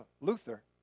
Luther